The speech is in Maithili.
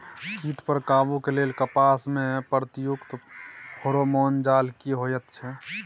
कीट पर काबू के लेल कपास में प्रयुक्त फेरोमोन जाल की होयत छै?